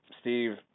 Steve